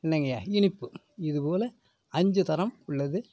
என்னங்க ய இனிப்பு இதுபோல் அஞ்சு தரம் உள்ளது